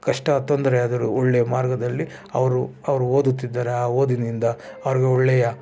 ಕಷ್ಟ ತೊಂದರೆ ಆದರೂ ಒಳ್ಳೆ ಮಾರ್ಗದಲ್ಲಿ ಅವರು ಅವ್ರು ಓದುತ್ತಿದ್ದಾರೆ ಆ ಓದಿನಿಂದ ಅವ್ರಿಗೆ ಒಳ್ಳೆಯ